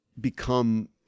become